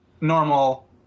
normal